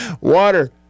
water